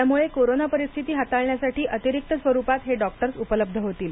यामुळे कोरोना परिस्थिती हाताळण्यासाठी अतिरिक्त स्वरुपात हे डॉक्टर्स उपलब्ध होतील